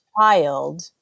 child